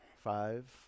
Five